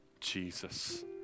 Jesus